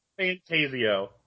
Fantasio